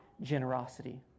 generosity